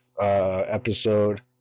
episode